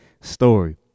story